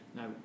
Now